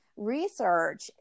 research